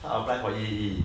他 apply for A_E_E